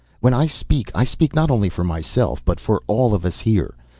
when i speak, i speak not only for myself, but for all of us here.